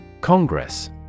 Congress